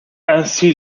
ainsi